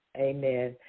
Amen